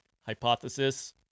hypothesis